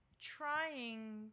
trying